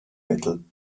mittel